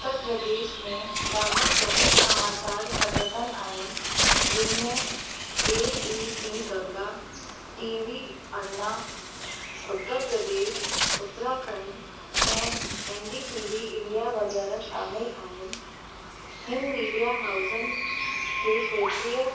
उत्तर प्रदेश में ॾाढा प्रमुख समाचार संगठन आहिनि जिन में ABP Ganga TV अरूणा उत्तर प्रदेश उत्तराखंड ऐं NDTV India वगै़रह शामिलु आहिनि हिन मीडिया हाउज़नि खे खेत्रीय